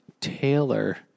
Taylor